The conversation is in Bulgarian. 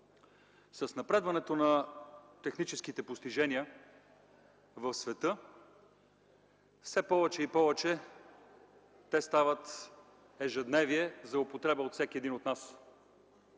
С напредването на техническите постижения в света, те все повече и повече стават ежедневие за употреба от всеки един от нас.